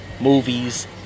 Movies